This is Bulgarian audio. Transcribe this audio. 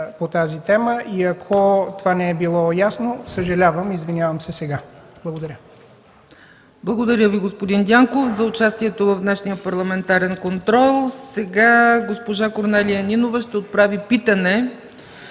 по тази тема. Ако това не е било ясно, съжалявам. Извинявам се сега. Благодаря. ПРЕДСЕДАТЕЛ ЦЕЦКА ЦАЧЕВА: Благодаря Ви, господин Дянков, за участието в днешния парламентарен контрол. Сега госпожа Корнелия Нинова ще отправи питане